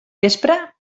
vespre